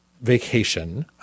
vacation